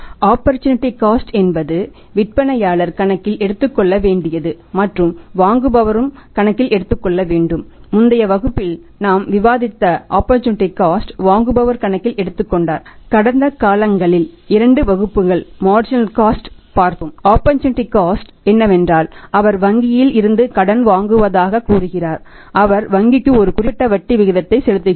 opportunity cost என்னவென்றால் அவர் வங்கியில் இருந்து கடன் வாங்குவதாகக் கூறுகிறார் அவர் வங்கிக்கு ஒரு குறிப்பிட்ட வட்டி விகிதத்தை செலுத்துகிறார்